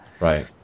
Right